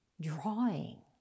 drawing